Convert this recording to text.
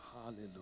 Hallelujah